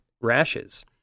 rashes